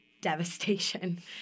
devastation